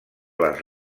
les